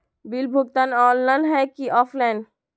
Bill भुगतान online है की ऑफलाइन?